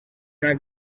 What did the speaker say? una